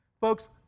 Folks